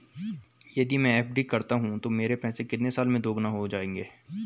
यदि मैं एफ.डी करता हूँ तो मेरे पैसे कितने साल में दोगुना हो जाएँगे?